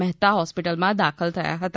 મહેતા હોસ્પિટલમાં દાખલ થયા હતા